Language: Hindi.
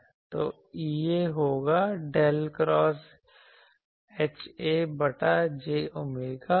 तो EA होगा डेल क्रॉस HA बटा j omega epsilon